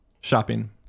Shopping